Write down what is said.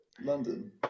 London